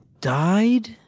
died